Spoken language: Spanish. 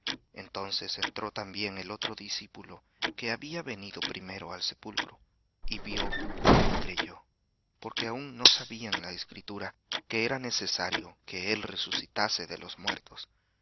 entonces entró también el otro discípulo que había venido primero al sepulcro y vió y creyó porque aun no sabían la escritura que era necesario que él resucitase de los muertos